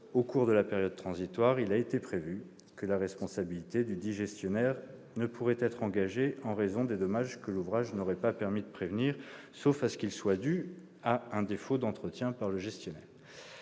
au cours de la période transitoire, il a été prévu que la responsabilité dudit gestionnaire ne pourrait être engagée en raison des dommages que l'ouvrage n'aurait pas permis de prévenir, sauf à ce qu'ils soient dus à un défaut d'entretien par le gestionnaire.